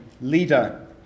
leader